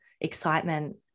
excitement